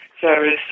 Service